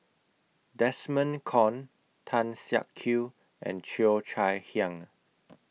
Desmond Kon Tan Siak Kew and Cheo Chai Hiang